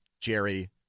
Jerry